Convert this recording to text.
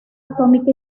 atómica